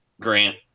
grant